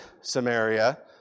Samaria